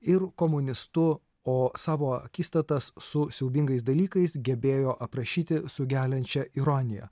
ir komunistu o savo akistatas su siaubingais dalykais gebėjo aprašyti su geliančia ironija